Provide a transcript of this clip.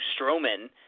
Strowman